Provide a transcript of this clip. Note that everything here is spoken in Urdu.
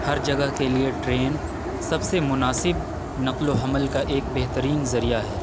ہر جگہ کے لیے ٹرین سب سے مناسب نقل و حمل کا ایک بہترین ذریعہ ہے